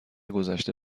گذشته